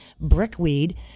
brickweed